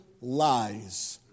lies